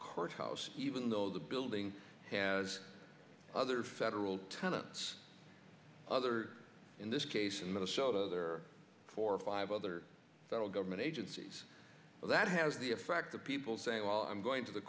courthouse even though the building has other federal tenants other in this case in minnesota there are four or five other federal government agencies that has the effect of people saying well i'm going to the